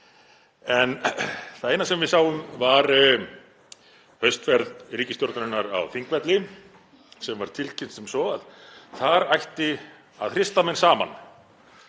En það eina sem við sáum var haustferð ríkisstjórnarinnar á Þingvelli sem var tilkynnt sem svo að þar ætti að hrista menn saman